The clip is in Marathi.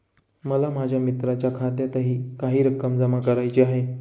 मला माझ्या मित्राच्या खात्यातही काही रक्कम जमा करायची आहे